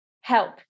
Help